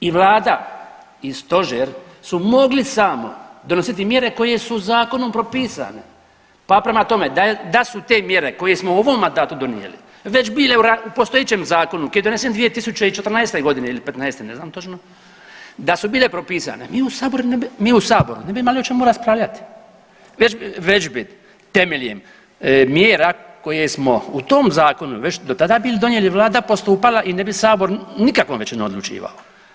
I vlada i stožer su mogli samo donositi mjere koje su zakonom propisane, pa prema tome da su te mjere koje smo u ovome mandatu donijeli već bile u postojećem zakonu koji je donesen 2014.g. ili '15.-te ne znam točno da su bile propisane, mi u saboru ne bi imali o čemu raspravljati, već bi temeljem mjera koje smo u tom zakonu već do tada bili donijeli vlada postupala i ne bi sabor nikakvom većinom odlučivao.